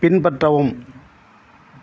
பின்பற்றவும்